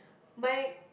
my